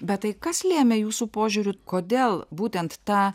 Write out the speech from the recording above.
bet tai kas lėmė jūsų požiūrį kodėl būtent ta